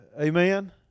amen